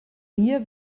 mir